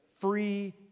free